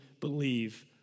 believe